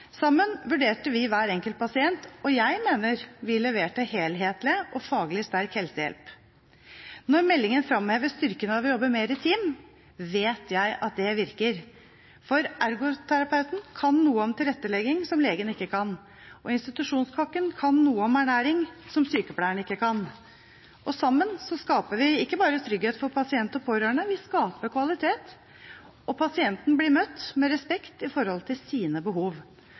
Sammen vurderte vi hver enkelt pasient, og jeg mener vi leverte helhetlig og faglig sterk helsehjelp. Når meldingen framhever styrken av å jobbe mer i team, vet jeg at det virker. For ergoterapeuten kan noe om tilrettelegging som legen ikke kan. Institusjonskokken kan noe om ernæring som sykepleieren ikke kan. Sammen skaper vi ikke bare trygghet for pasient og pårørende, vi skaper kvalitet, og pasienten blir møtt med respekt for sine behov.